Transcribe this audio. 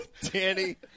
Danny